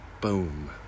Boom